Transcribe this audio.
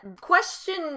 question